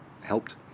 helped